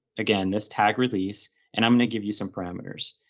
again this tag release and i'm going to give you some parameters.